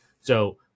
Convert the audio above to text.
So-